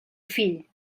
fill